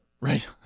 Right